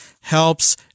helps